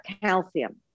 calcium